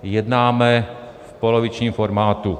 Jednáme v polovičním formátu.